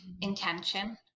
intention